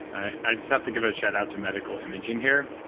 i just have to give a shout out to medical imaging here.